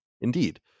Indeed